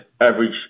average